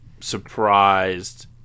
surprised